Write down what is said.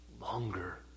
longer